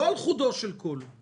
לא על חודו של קול אלא